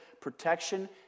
protection